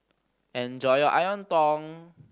enjoy your